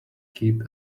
keep